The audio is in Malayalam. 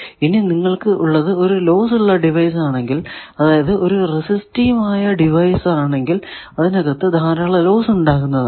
ഇനി നിങ്ങൾക്കു ഉള്ളത് ഒരു ലോസ് ഉള്ള ഡിവൈസ് ആണെങ്കിൽ അതായതു ഒരു റെസിസ്റ്റീവ് ആയ ഡിവൈസ് ആണെങ്കിൽ അതിനകത്തു ധാരാളം ലോസ് ഉണ്ടാകുന്നതാണ്